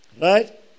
Right